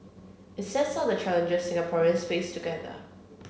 it sets out the challenges Singaporeans face together